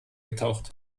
getaucht